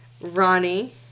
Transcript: Ronnie